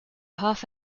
half